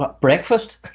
breakfast